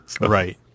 right